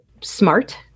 smart